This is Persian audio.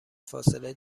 فاصله